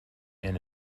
and